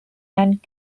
and